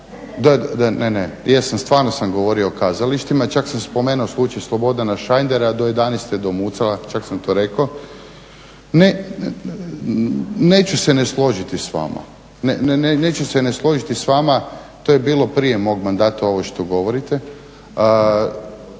Ne, ne. Jesam stvarno sam govorio o kazalištima. Čak sam spomenuo slučaj Slobodana Šajndera do jedanaeste, do Mucala, čak sam to rekao. Neću se ne složiti s vama. To je bilo prije mog mandata ovo što govorite.